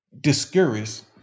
discouraged